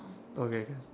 okay can